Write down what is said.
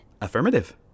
Affirmative